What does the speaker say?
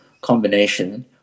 combination